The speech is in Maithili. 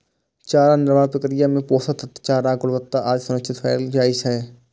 चारा निर्माण प्रक्रिया मे पोषक तत्व, चाराक गुणवत्ता आदि सुनिश्चित कैल जाइ छै